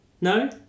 No